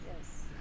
Yes